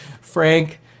Frank